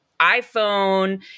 iPhone